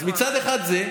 מצד אחד זה,